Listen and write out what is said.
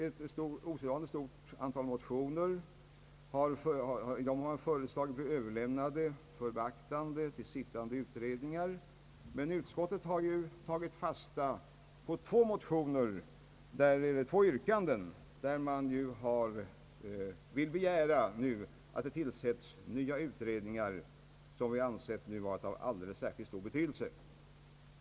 Ett osedvanligt stort antal motioner föreslås bli överlämnade för beaktande till sittande utredningar, men utskottet har tagit fasta på två yrkanden beträffande nya utredningskrav av alldeles särskilt stor betydelse.